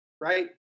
Right